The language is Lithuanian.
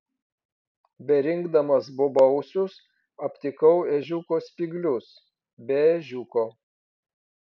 berinkdamas bobausius aptikau ežiuko spyglius be ežiuko